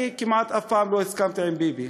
כמעט אף פעם לא הסכמתי עם ביבי,